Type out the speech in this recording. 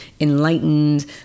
enlightened